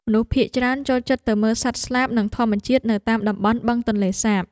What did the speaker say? មនុស្សភាគច្រើនចូលចិត្តទៅមើលសត្វស្លាប និងធម្មជាតិនៅតាមតំបន់បឹងទន្លេសាប។